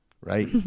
Right